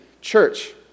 church